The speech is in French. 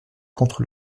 contre